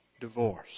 Divorce